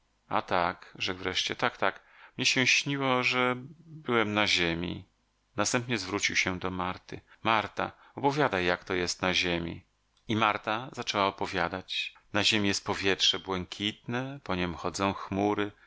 a tak rzekł wreszcie tak tak mnie się śniło że byłem na ziemi następnie zwrócił się do marty marta opowiadaj jak to jest na ziemi i marta zaczęła opowiadać na ziemi jest powietrze błękitne a po niem chodzą chmury